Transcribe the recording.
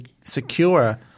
secure